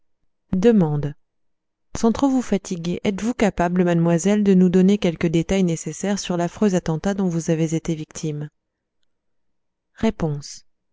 sans trop vous fatiguer êtes-vous capable mademoiselle de nous donner quelques détails nécessaires sur l'affreux attentat dont vous avez été victime